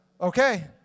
Okay